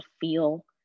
feel